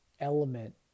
element